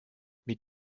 mit